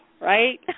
right